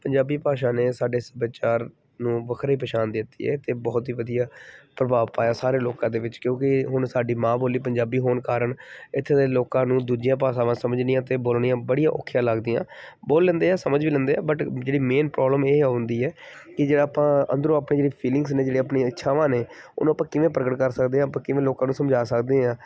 ਪੰਜਾਬੀ ਭਾਸ਼ਾ ਨੇ ਸਾਡੇ ਸੱਭਿਆਚਾਰ ਨੂੰ ਵੱਖਰੀ ਪਹਿਛਾਣ ਦਿੱਤੀ ਹੈ ਅਤੇ ਬਹੁਤ ਹੀ ਵਧੀਆ ਪ੍ਰਭਾਵ ਪਾਇਆ ਸਾਰੇ ਲੋਕਾਂ ਦੇ ਵਿੱਚ ਕਿਉਂਕਿ ਹੁਣ ਸਾਡੀ ਮਾਂ ਬੋਲੀ ਪੰਜਾਬੀ ਹੋਣ ਕਾਰਣ ਇੱਥੇ ਦੇ ਲੋਕਾਂ ਨੂੰ ਦੂਜੀਆਂ ਭਾਸ਼ਾਵਾਂ ਸਮਝਣੀਆਂ ਅਤੇ ਬੋਲਣੀਆਂ ਬੜੀਆਂ ਔਖੀਆਂ ਲੱਗਦੀਆਂ ਬੋਲ ਲੈਂਦੇ ਆ ਸਮਝ ਵੀ ਲੈਂਦੇ ਆ ਬਟ ਜਿਹੜੀ ਮੇਨ ਪ੍ਰੋਬਲਮ ਇਹ ਆਉਂਦੀ ਹੈ ਕਿ ਜਿਹੜਾ ਆਪਾਂ ਅੰਦਰੋਂ ਆਪਣੀ ਜਿਹੜੀ ਫੀਲਿੰਗਸ ਨੇ ਜਿਹੜੇ ਆਪਣੀਆਂ ਇੱਛਾਵਾਂ ਨੇ ਉਹਨੂੰ ਆਪਾਂ ਕਿਵੇਂ ਪ੍ਰਗਟ ਕਰ ਸਕਦੇ ਹਾਂ ਆਪਾਂ ਕਿਵੇਂ ਲੋਕਾਂ ਨੂੰ ਸਮਝਾ ਸਕਦੇ ਹਾਂ